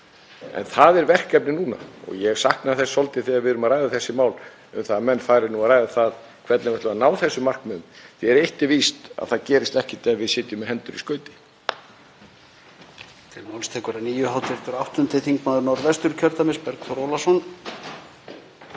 En það er verkefnið núna, og ég hef saknað þess svolítið þegar við erum að ræða þessi mál, að menn fari að ræða það hvernig við ætlum að ná þessum markmiðum. Eitt er víst: Það gerist ekkert ef við sitjum með hendur í skauti.